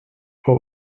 for